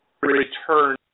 return